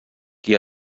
qui